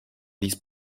these